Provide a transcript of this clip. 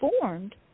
formed